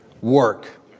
Work